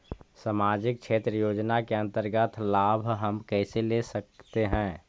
समाजिक क्षेत्र योजना के अंतर्गत लाभ हम कैसे ले सकतें हैं?